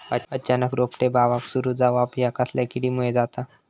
अचानक रोपटे बावाक सुरू जवाप हया कसल्या किडीमुळे जाता?